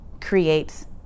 creates